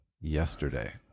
yesterday